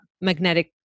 magnetic